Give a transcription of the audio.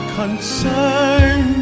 concern